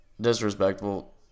disrespectful